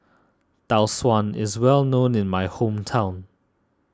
Tau Suan is well known in my hometown